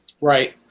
Right